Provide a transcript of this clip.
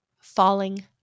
falling